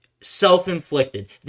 Self-inflicted